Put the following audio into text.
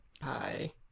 Hi